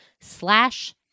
slash